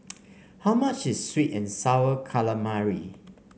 how much is sweet and sour calamari